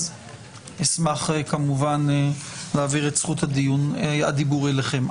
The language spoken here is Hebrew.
אז אשמח כמובן להעביר את זכות הדיבור אליכם.